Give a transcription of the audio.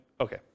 Okay